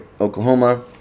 Oklahoma